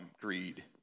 greed